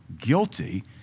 guilty